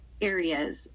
areas